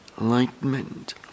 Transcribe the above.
enlightenment